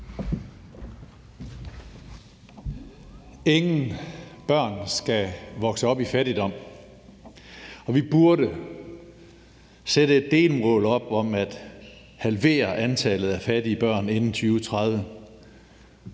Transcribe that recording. Ingen børn skal vokse op i fattigdom, og vi burde sætte et delmål op om at halvere antallet af fattige børn inden 2030.